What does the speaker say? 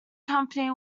company